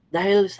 Dahil